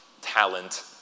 talent